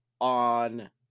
on